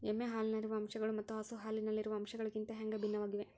ಎಮ್ಮೆ ಹಾಲಿನಲ್ಲಿರುವ ಅಂಶಗಳು ಮತ್ತ ಹಸು ಹಾಲಿನಲ್ಲಿರುವ ಅಂಶಗಳಿಗಿಂತ ಹ್ಯಾಂಗ ಭಿನ್ನವಾಗಿವೆ?